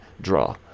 draw